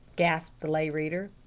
gasped the lay reader.